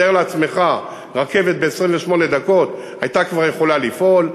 תאר לעצמך, רכבת ב-28 דקות הייתה כבר יכולה לפעול.